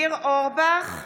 (קוראת בשם חבר הכנסת) ניר אורבך,